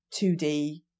2D